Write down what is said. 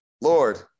Lord